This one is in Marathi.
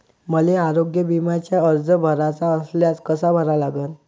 मले आरोग्य बिम्याचा अर्ज भराचा असल्यास कसा भरा लागन?